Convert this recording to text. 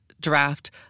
draft